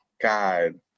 God